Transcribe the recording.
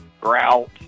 grout